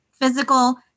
physical